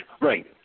Right